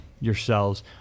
yourselves